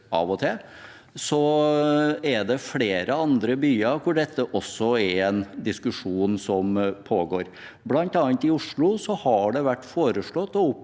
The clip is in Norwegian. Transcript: av og til, er det flere andre byer hvor dette også er en diskusjon som pågår. Blant annet i Oslo har det vært foreslått å opprette